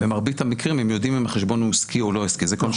במרבית המקרים הם יודעים אם החשבון הוא עסקי או לא עסקי.